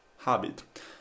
habit